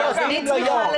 עגינה.